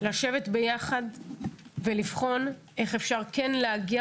לשבת ביחד ולבחון איך כן אפשר להגיע